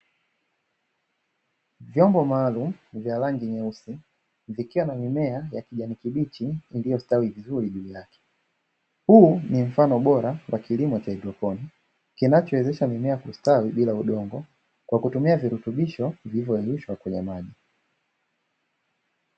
Vyombo maalumu vya rangi nyeusi vikiwa na mimea ya kijani kibichi iliyostawi vizuri juu yake, huu ni mfano bora wa kilimo cha haidroponi kinachowezesha mimea kustawi bila udongo kwa kutumia virutubisho vilivyoyayushwa kwenye maji.